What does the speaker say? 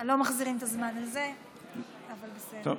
לא מחזירים את הזמן על זה, אבל בסדר.